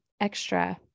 extra